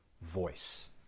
voice